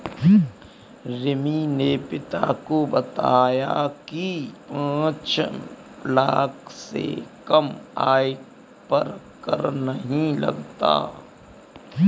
रिमी ने पिता को बताया की पांच लाख से कम आय पर कर नहीं लगता